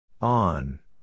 On